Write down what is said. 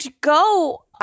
Go